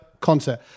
Concert